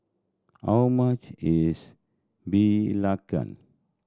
how much is belacan